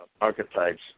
Archetypes